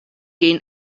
gain